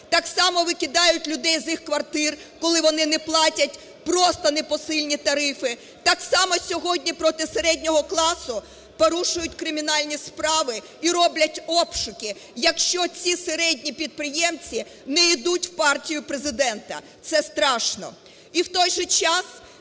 так само викидають людей з їх квартир, коли вони не платять просто непосильні тарифи, так само сьогодні проти середнього класу порушують кримінальні справи і роблять обшуки, якщо ці середні підприємці не йдуть в партію Президента. Це страшно.